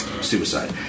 suicide